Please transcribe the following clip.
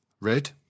Red